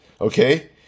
Okay